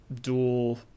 dual